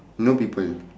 no people